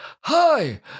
Hi